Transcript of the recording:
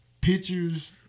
pictures